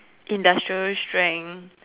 industrial strength